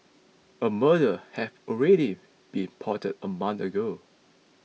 a murder had already been plotted a month ago